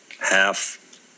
half